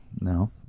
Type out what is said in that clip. no